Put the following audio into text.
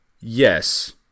yes